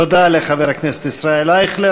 תודה לחבר הכנסת ישראל אייכלר.